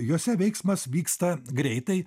juose veiksmas vyksta greitai